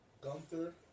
Gunther